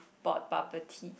bought bubble tea